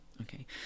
okay